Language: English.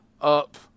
up